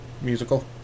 musical